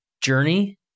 journey